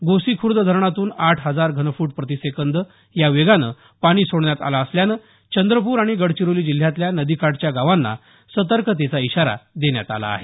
गोसीखुर्द धरणातून आठ हजार घनफूट प्रतिसेकंद या वेगानं पाणी सोडण्यात आलं असल्यानं चंद्रपूर आणि गडचिरोली जिल्ह्यातल्या नदीकाठच्या गावांना सतर्कतेचा इशारा देण्यात आला आहे